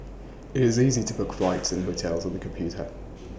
IT is easy to book flights and hotels on the computer